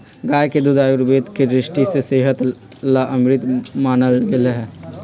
गाय के दूध आयुर्वेद के दृष्टि से सेहत ला अमृत मानल गैले है